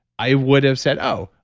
i would have said, oh,